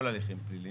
כל הליכים פליליים,